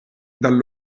dal